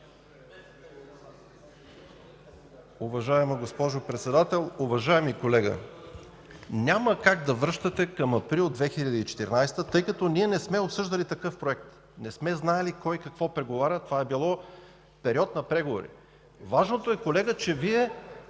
Уважаема госпожо Председател! Уважаеми колега, няма как да връщате към април 2014 г., тъй като ние не сме обсъждали такъв проект. Не сме знаели кой какво преговаря. Това е било период на преговори. Важното е, колега, че през